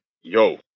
yo